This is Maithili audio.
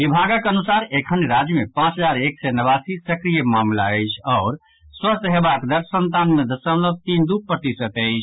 विभागक अनुसार एखन राज्य मे पांच हजार एक सय नवासी सक्रिय मामिला अछि आओर स्वस्थ हेबाक दर संतानवे दशमलव तीन दू प्रतिशत अछि